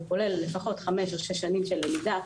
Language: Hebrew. הוא כולל לפחות חמש או שש שנים של למידה,